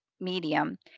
medium